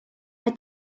mae